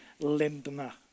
Lindner